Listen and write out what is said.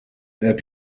heb